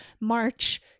March